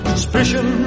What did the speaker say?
Suspicion